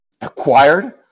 acquired